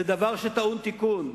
זה דבר שטעון תיקון.